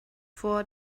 vor